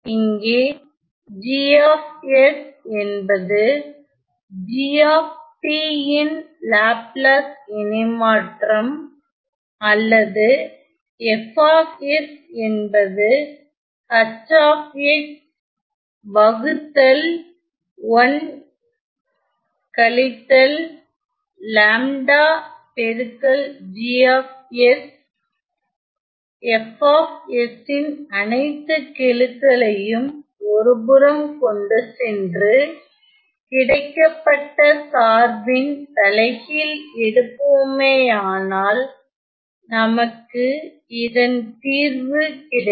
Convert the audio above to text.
இங்கே G என்பது g ன் லாப்லாஸ் இணை மாற்றம் அல்லது F என்பது H வகுத்தல் 1 கழித்தல் லேம்டா பெருக்கல் G F ன் அனைத்து கெழுக்களையும் ஒருபுறம் கொண்டுசென்று கிடைக்கப்பட்ட சார்பின் தலைகீழ் எடுப்போமேயானால் நமக்கு இதன் தீர்வு கிடைக்கும்